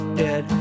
dead